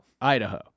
Idaho